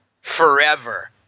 forever